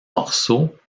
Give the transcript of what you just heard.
morceaux